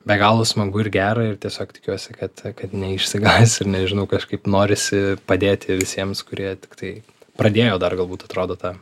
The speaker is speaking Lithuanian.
be galo smagu ir gera ir tiesiog tikiuosi kad kad neišsigąs ir nežinau kažkaip norisi padėti visiems kurie tiktai pradėjo dar galbūt atrodo tą